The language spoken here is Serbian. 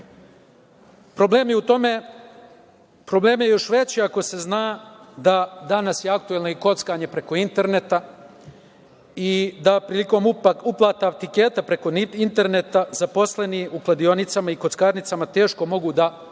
vida zavisnosti. Problem je još veći ako se zna da je danas aktuelno i kockanje preko interneta i da prilikom uplata tiketa preko interneta zaposleni u kladionicama i kockarnicama teško mogu da kontrolišu